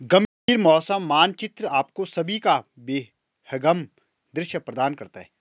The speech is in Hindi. गंभीर मौसम मानचित्र आपको सभी का विहंगम दृश्य प्रदान करता है